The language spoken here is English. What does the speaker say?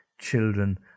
children